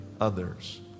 others